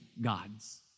gods